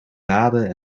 lade